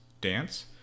dance